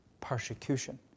persecution